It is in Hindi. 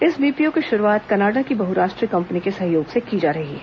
इस बीपीओ की शुरूआत कनाडा की बहराष्ट्रीय कंपनी के सहयोग से की जा रही है